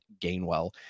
Gainwell